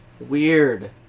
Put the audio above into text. Weird